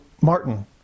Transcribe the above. Martin